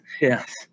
Yes